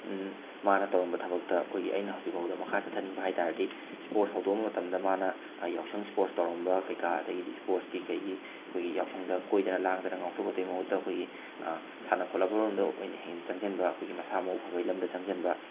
ꯃꯥꯅ ꯇꯧꯔꯝꯕ ꯊꯕꯛꯇ ꯑꯩꯈꯣꯏꯒꯤ ꯑꯩꯅ ꯍꯧꯖꯤꯛꯐꯥꯎꯗ ꯃꯈꯥ ꯆꯠꯊꯅꯤꯡꯕ ꯍꯥꯏꯕ ꯇꯥꯔꯗꯤ ꯁ꯭ꯄꯣꯔꯁ ꯍꯧꯗꯣꯛꯑꯝꯕ ꯃꯇꯝꯗ ꯃꯥꯅ ꯌꯥꯎꯁꯪ ꯁ꯭ꯄꯣꯔꯁ ꯇꯧꯔꯝꯕ ꯀꯩ ꯀꯥ ꯑꯗꯒꯤꯗꯤ ꯁ꯭ꯄꯣꯔꯁꯀꯤ ꯀꯩꯒꯤ ꯑꯩꯈꯣꯏꯒꯤ ꯌꯥꯎꯁꯪꯗ ꯀꯣꯏꯗꯅ ꯂꯥꯡꯗꯅ ꯉꯥꯎꯊꯣꯛꯀꯗꯣꯏ ꯃꯍꯨꯠꯇ ꯑꯩꯈꯣꯏꯒꯤ ꯁꯥꯟꯅ ꯈꯣꯠꯂꯕꯔꯣꯝꯗ ꯑꯣꯏꯅ ꯍꯦꯟꯅ ꯆꯪꯁꯤꯟꯕ ꯑꯩꯈꯣꯏꯒꯤ ꯃꯁꯥ ꯃꯎ ꯐꯕꯒꯤ ꯂꯝꯗ ꯆꯪꯁꯤꯟꯕ